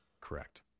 correct